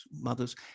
mothers